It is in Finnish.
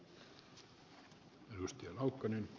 arvoisa puhemies